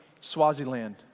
Swaziland